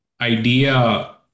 idea